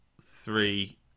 three